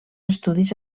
estudis